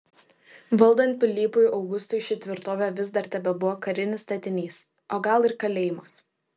valdant pilypui augustui ši tvirtovė vis dar tebebuvo karinis statinys o gal ir kalėjimas